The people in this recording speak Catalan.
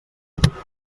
agràries